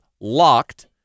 LOCKED